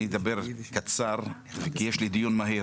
אני אדבר קצר כי יש לי דיון מהיר.